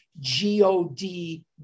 g-o-d